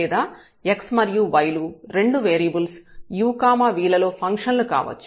లేదా x మరియు y లు రెండు వేరియబుల్స్ u v లలో ఫంక్షన్లు కావచ్చు